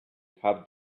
have